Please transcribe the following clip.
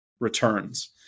returns